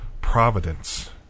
Providence